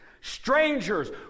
strangers